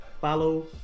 follow